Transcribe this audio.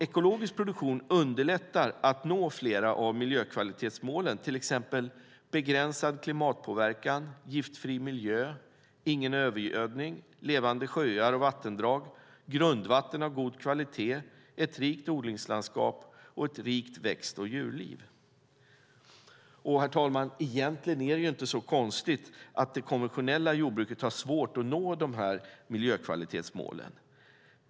Ekologisk produktion underlättar när det gäller att nå flera av miljökvalitetsmålen, till exempel Begränsad klimatpåverkan, Giftfri miljö, Ingen övergödning, Levande sjöar och vattendrag, Grundvatten av god kvalitet, Ett rikt odlingslandskap och Ett rikt växt och djurliv. Herr talman! Egentligen är det inte så konstigt att det konventionella jordbruket har svårt att nå de här miljökvalitetsmålen.